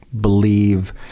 believe